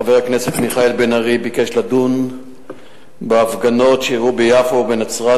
חבר הכנסת מיכאל בן-ארי ביקש לדון בהפגנות שאירעו ביפו ובנצרת,